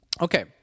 Okay